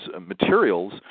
materials